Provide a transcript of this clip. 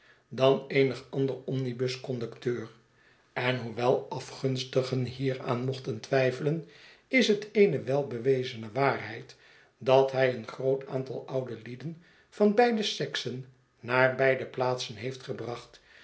dan eenig ander omnibus conducteur en hoewel afgunstigen hieraan mochten twijfelen is het eene welbewezene waarheid dat hij een groot aantal oude lieden van beide seksen naar beide plaatsen heeft gebracht